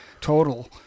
total